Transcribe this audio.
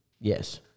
Yes